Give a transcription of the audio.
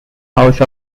house